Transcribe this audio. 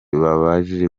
baje